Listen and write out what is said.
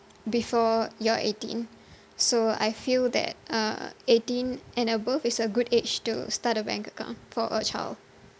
before you're eighteen so I feel that uh eighteen and above is a good age to start a bank account for a child